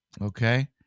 Okay